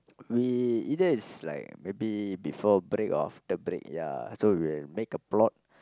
we either is like maybe before break of the break ya so we make a plot